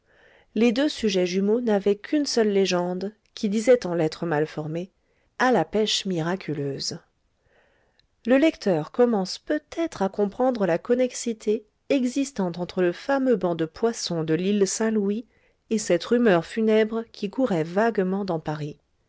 les deux sujets jumeaux n'avaient qu'une seule légende qui disait en lettre mal formées a la pêche miraculeuse le lecteur commence peut-être à comprendre la connexité existant entre le fameux banc de poisson de l'île saint-louis et cette rumeur funèbre qui courait vaguement dans paris